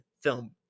film